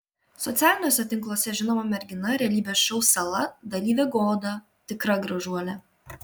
socialiniuose tinkluose žinoma mergina realybės šou sala dalyvė goda tikra gražuolė